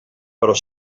però